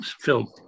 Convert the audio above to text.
film